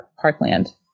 Parkland